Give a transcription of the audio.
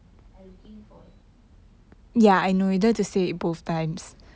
I looking for it